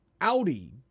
Audi